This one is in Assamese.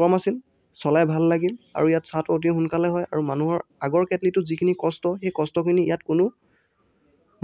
কম আছিল চলাই ভাল লাগিল আৰু ইয়াত চাহটো অতি সোনকালে হয় আৰু মানুহৰ আগৰ কেটলিটো যিখিনি কষ্ট সেই কষ্টখিনি ইয়াত কোনো